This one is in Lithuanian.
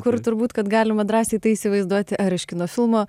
kur turbūt kad galima drąsiai tai įsivaizduoti ar iš kino filmo